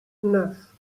neuf